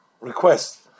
request